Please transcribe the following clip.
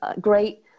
great